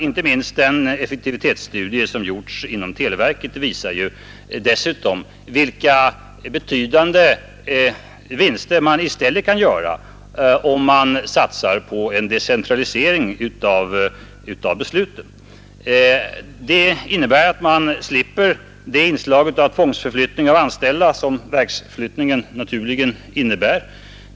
Inte minst de effektivitetsstudier som gjorts inom televerket visar dessutom vilka betydande vinster man i stället kan göra om man satsar på en decentralisering av besluten. En sådan innebär att man slipper det inslag av tvångsförflyttning av anställda som verksförflyttningen naturligen innebär.